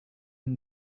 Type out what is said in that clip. only